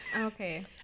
Okay